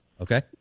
Okay